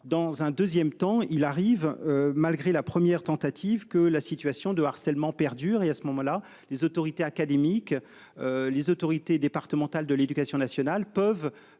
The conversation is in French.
dans un 2ème temps il arrive malgré la première tentative que la situation de harcèlement perdure et à ce moment-là les autorités académiques. Les autorités départementales de l'Éducation nationale peuvent